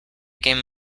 game